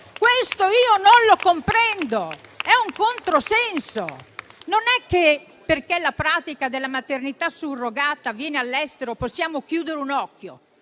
Questo io non lo comprendo: è un controsenso. Non è che, poiché la pratica della maternità surrogata avviene all'estero, possiamo chiudere un occhio.